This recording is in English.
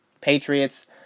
Patriots